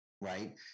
right